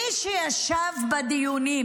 מי שישב בדיונים